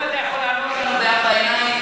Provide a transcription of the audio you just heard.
אם אתה יכול לענות לנו בארבע עיניים,